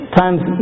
times